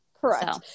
Correct